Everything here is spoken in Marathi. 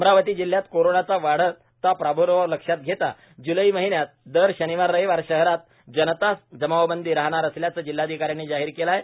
अमरावती जिल्ह्यात कोरोनाचा वाढत प्राद्र्भाव लक्षात घेता ज्लै महिन्यात दर शनिवार रविवार शहरात जनता जमावबंदी राहणार असल्याचं जिल्हाधिकाऱ्यांनी जाहीर केलं आहे